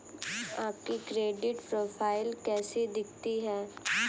आपकी credit profile कैसी दिखती है?